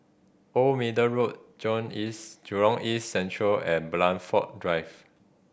Old Middle Road Jurong East Central and Blandford Drive